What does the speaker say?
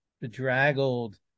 bedraggled